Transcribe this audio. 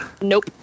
Nope